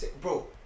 Bro